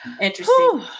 Interesting